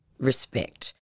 respect